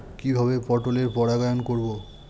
কিভাবে পটলের পরাগায়ন করব?